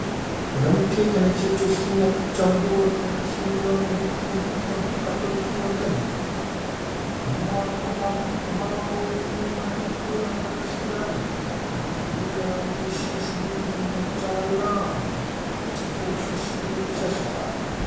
Mwanamke ameketi ofisini akichambua karatasi mikononi huku kompyuta mpakato ikiwa mezani. Nyuma kuna ubao wenye maandiko na viratasi za rangi. Mazingira yanaonyesha shughuli za kitaalamu, katika ofisi ya kisasa.